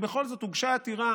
ובכל זאת הוגשה עתירה